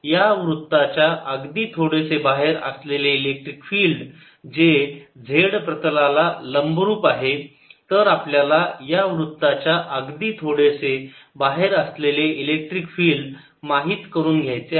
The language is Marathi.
या वृत्ताच्या अगदी थोडेसे बाहेर असलेले इलेक्ट्रिक फिल्ड जे z प्रतलाला लंबरूप आहे तर आपल्याला या वृत्ताच्या अगदी थोडेसे बाहेर असलेले इलेक्ट्रिक फिल्ड माहीत करून घ्यायचे आहे